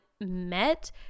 met